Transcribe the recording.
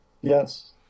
Yes